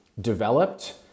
developed